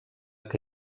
que